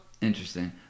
Interesting